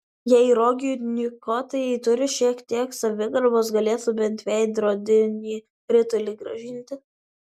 jei rogių niokotojai turi šiek kiek savigarbos galėtų bent veidrodinį rutulį grąžinti